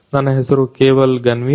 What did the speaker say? ನನ್ನ ಹೆಸರು ಕೇವಲ್ ಗನ್ವೀರ್